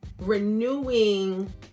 renewing